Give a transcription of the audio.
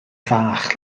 fach